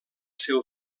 seu